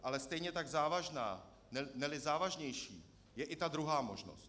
Ale stejně tak závažná, neli závažnější, je i ta druhá možnost.